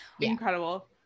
incredible